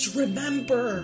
remember